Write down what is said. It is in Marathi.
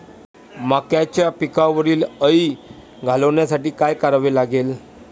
मक्याच्या पिकावरील अळी घालवण्यासाठी काय करावे लागेल?